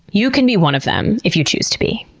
you can be one of them if you choose to be.